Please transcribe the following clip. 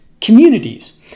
communities